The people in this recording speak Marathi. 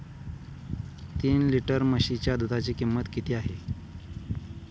तीन लिटर म्हशीच्या दुधाची किंमत किती आहे?